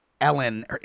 Ellen